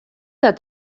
dat